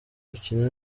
gukina